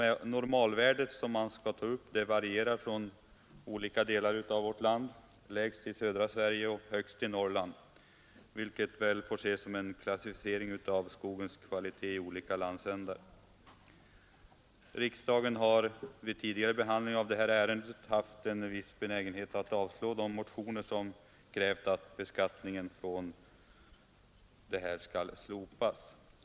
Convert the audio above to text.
Normalvärdet som man skall ta upp varierar i olika delar av vårt land. Det är lägst i södra Sverige och högst i Norrland, vilket får ses som en klassificering av skogens kvalitet i olika landsändar. Riksdagen har vid tidigare behandling av det här ärendet haft en viss benägenhet att avslå de motioner som krävt att beskattningen skall slopas.